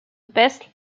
best